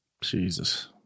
Jesus